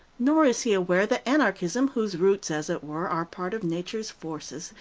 nor is he aware that anarchism, whose roots, as it were, are part of nature's forces,